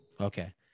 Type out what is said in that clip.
Okay